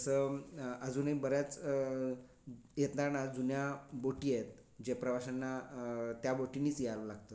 जसं अजूनही बऱ्याच येताना जुन्या बोटी आहेत ज्या प्रवाशांना त्या बोटीनीच यायला लागतं